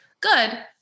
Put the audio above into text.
good